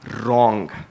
wrong